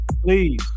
please